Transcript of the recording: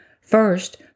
First